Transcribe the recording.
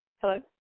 Hello